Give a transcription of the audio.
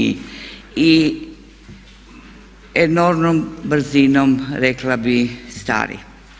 I enormnom brzinom rekla bi stari.